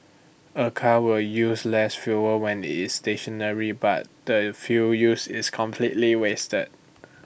A car will use less fuel when IT is stationary but the fuel used is completely wasted